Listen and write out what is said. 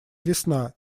весна